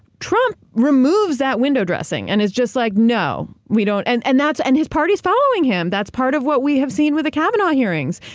trump removes that window dressing and is just like, no, we don't. and and and his party's following him. that's part of what we have seen with the kavanaugh hearings.